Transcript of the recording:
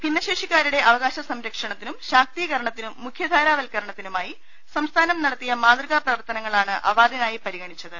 ഭിന്നശേഷിക്കാരുടെ അവകാശ സംരക്ഷണത്തിനും ശാക്തീകരണത്തിനും മുഖ്യ ധാരവത്കരണത്തിനു മായി സംസ്ഥാനം നടത്തിയ മാതൃകാ പ്രവർത്തനങ്ങളാണ് അവാർഡി നായി പരിഗണിച്ചത്